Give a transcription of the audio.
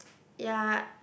ya